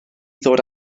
ddod